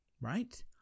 right